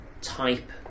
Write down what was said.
type